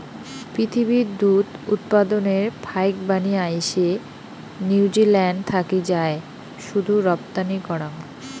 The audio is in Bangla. পিথীবির দুধ উৎপাদনের ফাইকবানী আইসে নিউজিল্যান্ড থাকি যায় শুধু রপ্তানি করাং